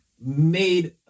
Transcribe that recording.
made